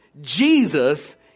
Jesus